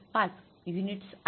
5 units आहे